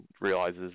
realizes